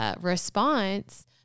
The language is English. response